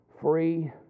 Free